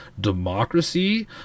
democracy